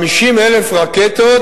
המחזיק ב-50,000 רקטות,